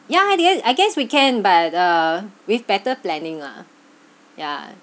yeah yes I guess we can but uh with better planning lah ya